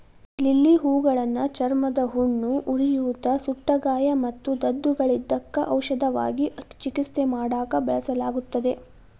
lily ಹೂಗಳನ್ನ ಚರ್ಮದ ಹುಣ್ಣು, ಉರಿಯೂತ, ಸುಟ್ಟಗಾಯ ಮತ್ತು ದದ್ದುಗಳಿದ್ದಕ್ಕ ಔಷಧವಾಗಿ ಚಿಕಿತ್ಸೆ ಮಾಡಾಕ ಬಳಸಲಾಗುತ್ತದೆ